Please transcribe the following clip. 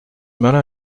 malin